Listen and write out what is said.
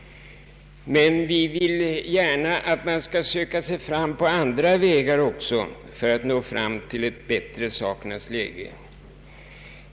Men vi vill gärna att man också skall söka sig fram på andra vägar för att få till stånd en bättre tingens ordning.